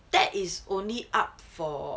that is only up for